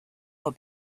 for